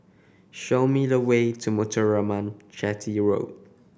show me the way to Muthuraman Chetty Road